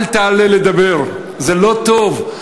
אל תעלה לדבר, זה לא טוב.